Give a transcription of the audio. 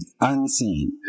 unseen